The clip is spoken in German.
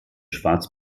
schwarz